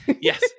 Yes